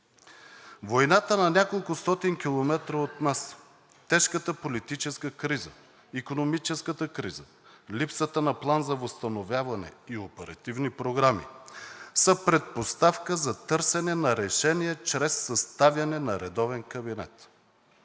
Войната на няколкостотин километра от нас, тежката политическа криза, икономическата криза, липсата на План за възстановяване и оперативни програми са предпоставка за търсене на решение чрез съставяне на редовен кабинет.